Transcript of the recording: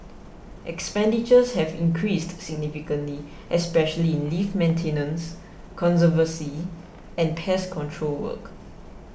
expenditures have increased significantly especially in lift maintenance conservancy and pest control work